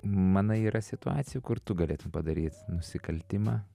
manai yra situacijų kur tu galėtum padaryt nusikaltimą